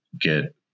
get